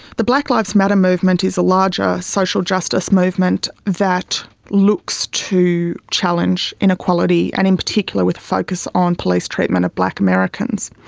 the black lives matter movement is a larger social justice movement that looks to challenge inequality and in particular with focus on police treatment of black americans.